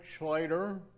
later